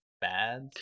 bad